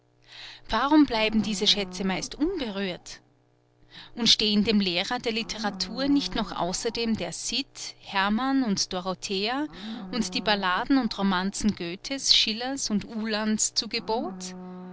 warum bleiben diese schätze meist unberührt und stehen dem lehrer der literatur nicht noch außerdem der cid herrmann und dorothea und die balladen und romanzen göthe's schiller's und uhland's zu gebot